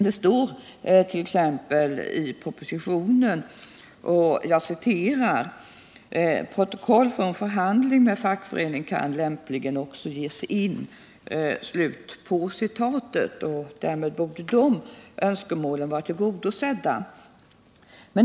Det står t.ex. i propositionen: ”Protokoll från förhandling med fackförening kan lämpligen också ges in.” Därmed borde de önskemålen vara tillgodosedda.